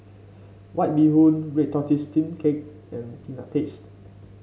White Bee Hoon Red Tortoise Steamed Cake and Peanut Paste